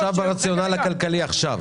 אתה מדבר על הרציונל הכלכלי עכשיו.